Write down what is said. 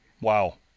Wow